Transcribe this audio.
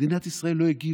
מדינת ישראל לא הגיבה.